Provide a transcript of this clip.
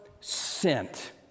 sent